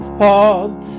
pod